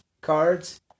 cards